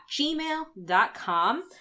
gmail.com